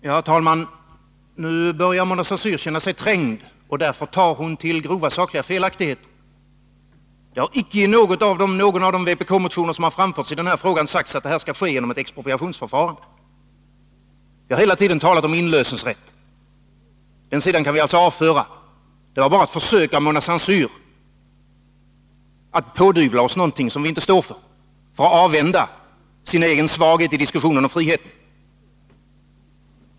Herr talman! Nu börjar Mona Saint Cyr känna sig trängd, och därför tar hon till grova sakliga felaktigheter. Det har icke i någon av de vpk-motioner som har framförts i den här frågan sagts att detta skulle ske genom ett expropriationsförfarande. Vi har hela tiden talat om inlösensrätt. Den sidan kan vi alltså avföra. Det var bara ett försök av Mona Saint Cyr att pådyvla oss någonting som vi inte står för och avvända sin svaghet i diskussionen om frihet.